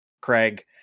Craig